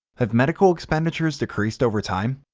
have medical expenditures decreased over time?